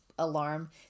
alarm